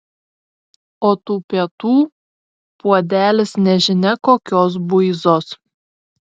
o tų pietų puodelis nežinia kokios buizos